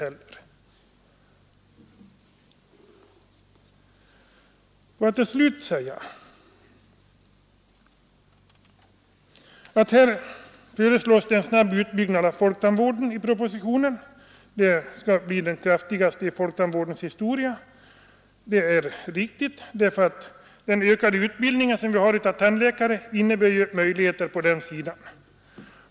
I propositionen föreslås en snabb utbyggnad av folktandvården. Det skall bli den kraftigaste i folktandvårdens historia. Det är riktigt, och den ökade utbildningen av tandläkare innebär ju möjligheter på den sidan.